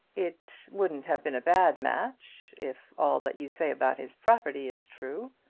it wouldn't have been a bad match, if all that you say about his property is true.